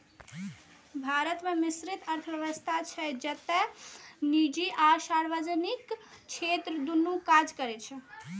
भारत मे मिश्रित अर्थव्यवस्था छै, जतय निजी आ सार्वजनिक क्षेत्र दुनू काज करै छै